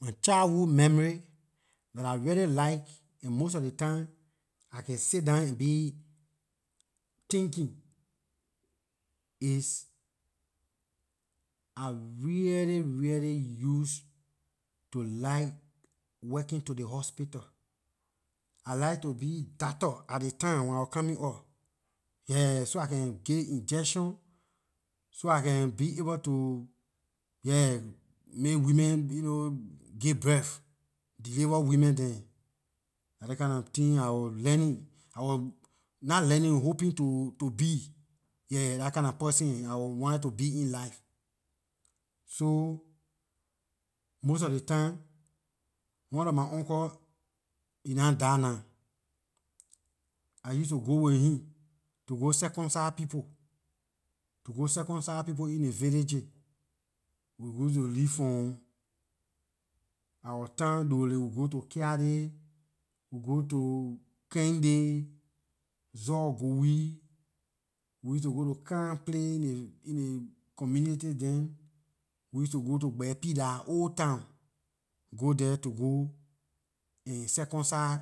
My childhood memory dah I really like and most of ley time I can sit down and be thinking, is, I really really used to like working to ley hospital. I like to be doctor at ley time when I wor coming up, yeah, so I can give injection so I can be able to, yeah, make women you know, give birth- deliver women dem. Dah those kinda of things I wor learning, I wor not learning, hoping to be, yeah, dah kinda person I wor wanted to be in life. So most of ley time one of my uncall he nah die nah I used to go with him to go circumcise people, to go circumcise people in ley villages. We used to leave from our town doely, we go to catholic, we go to kendy, zorgowee, we used to go to karplay in ley in ley community dem, we used to go to gberpedia, dah old town, go there to go and circumcise